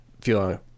feel